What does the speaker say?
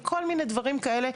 כל מיני דברים כאלה,